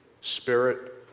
spirit